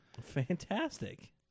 Fantastic